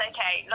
Okay